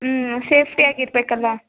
ಹ್ಞೂ ಸೇಫ್ಟಿಯಾಗಿ ಇರಬೇಕಲ್ಲ